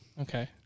Okay